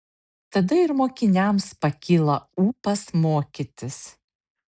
tada ir mokiniams pakyla ūpas mokytis